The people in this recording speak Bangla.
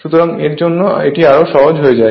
সুতরাং এর জন্য এটি আরো সহজ হয়ে যায়